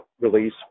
release